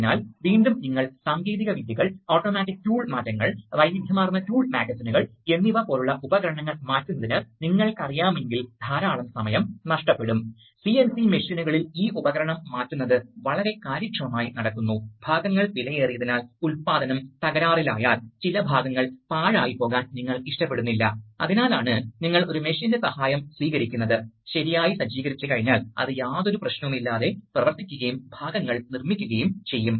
അതിനാൽ വസ്തു എ ആണെങ്കിൽ ഈ ഘട്ടത്തിൽ ക്ലാമ്പിംഗ് ഫോഴ്സ് മാത്രമേ മനസ്സിലാകൂ അത് ബി വലുപ്പമാണെങ്കിൽ ഈ ഘട്ടത്തിൽ ക്ലാമ്പിംഗ് ഫോഴ്സ് തിരിച്ചറിയപ്പെടും അതിന് സി ഉണ്ടെങ്കിൽ സിലിണ്ടർ എത്രത്തോളം നീങ്ങും ചേമ്പറിൽ വികസിപ്പിച്ച സമ്മർദ്ദത്തെ അടിസ്ഥാനമാക്കി അത് എവിടെ നിർത്തുമെന്ന് നിർണ്ണയിക്കേണ്ടതുണ്ട് അതിനാൽ സമ്മർദ്ദം വികസിക്കും ഞാൻ ഉദ്ദേശിക്കുന്നത് ഒരു ബാക്ക്പ്രഷർ ചേംബറിൽ ഉണ്ടാകും ഇത് വീണ്ടും നീങ്ങാൻ കഴിയാത്തപ്പോൾ അതിനാൽ ഇത് യഥാർത്ഥത്തിൽ ചലനം പ്രതിരോധിക്കും അതിനാൽ ഒരു നിശ്ചിത സമ്മർദ്ദ വ്യത്യാസം ഉടലെടുക്കും ശരിയാണ്